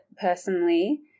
personally